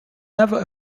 never